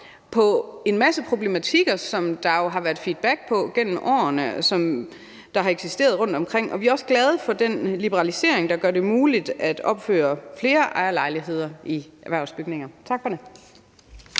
på en masse problematikker, som der jo har været feedback på gennem årene, og som har eksisteret rundtomkring. Og vi er også glade for den liberalisering, der gør det muligt at opføre flere ejerlejligheder i erhvervsbygninger. Tak for det.